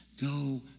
go